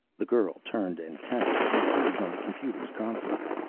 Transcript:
the girl turned and tapped a few keys on the computer's console.